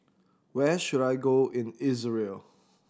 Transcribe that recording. where should I go in Israel